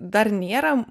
dar nėra